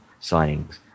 signings